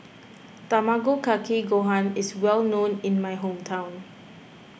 Tamago Kake Gohan is well known in my hometown